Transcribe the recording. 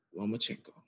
Lomachenko